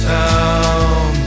town